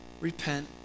repent